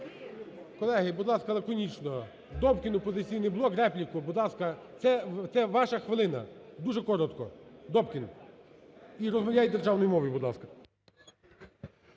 Колеги, будь ласка, лаконічно. Добкін, "Опозиційний блок", репліку. Будь ласка. Це ваша хвилина. Дуже коротко. Добкін. І розмовляйте державною мовою, будь ласка.